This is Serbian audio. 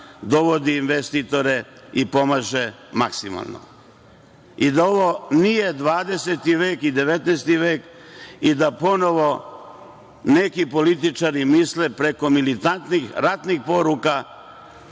dovodi investitore i pomaže maksimalno. Da ovo nije 20 vek ili 19 vek i da ponovo neki političari misle preko militantnih ratnih poruka